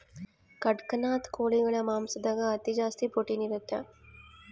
ಕಡಖ್ನಾಥ್ ಕೋಳಿಗಳ ಮಾಂಸದಾಗ ಅತಿ ಜಾಸ್ತಿ ಪ್ರೊಟೀನ್ ಇರುತ್ತೆ